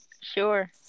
Sure